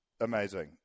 amazing